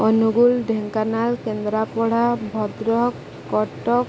Angul Dhenkanal Kendrapara Bhadrak Cuttack